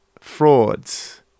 Frauds